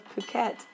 Phuket